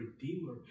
redeemer